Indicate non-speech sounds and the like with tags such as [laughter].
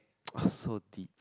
[noise] so deep